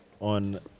on